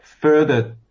further